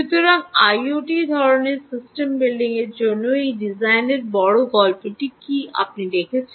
সুতরাং আইওটি ধরনের সিস্টেম বিল্ডিংয়ের জন্য এই ডিজাইনের বড় গল্পটি কী আপনি দেখছেন